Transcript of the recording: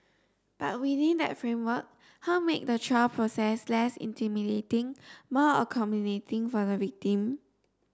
but within that framework how make the trial process less intimidating more accommodating for the victim